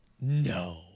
No